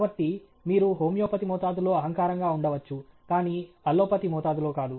కాబట్టి మీరు హోమియోపతి మోతాదులో అహంకారంగా ఉండవచ్చు కానీ అల్లోపతి మోతాదులో కాదు